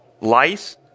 lice